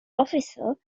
officer